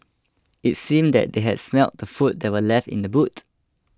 it seemed that they had smelt the food that were left in the boot